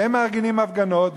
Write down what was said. והם מארגנים הפגנות,